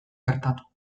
gertatu